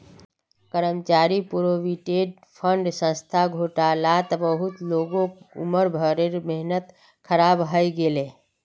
कर्मचारी provident fund संस्थार घोटालात बहुत लोगक उम्र भरेर मेहनत ख़राब हइ गेले